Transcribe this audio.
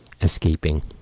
escaping